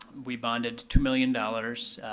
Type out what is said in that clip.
we bonded two million dollars,